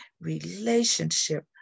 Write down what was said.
relationship